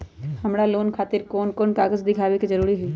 हमरा लोन खतिर कोन कागज दिखावे के जरूरी हई?